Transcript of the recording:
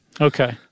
Okay